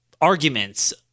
arguments